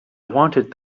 wanted